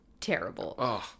terrible